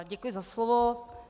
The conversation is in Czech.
Děkuji za slovo.